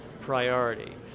priority